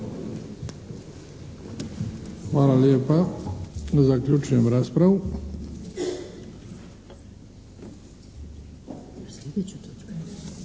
Hvala lijepa. Zaključujem raspravu.